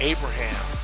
Abraham